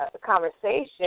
conversation